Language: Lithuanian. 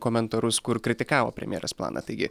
komentarus kur kritikavo premjerės planą taigi